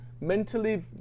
mentally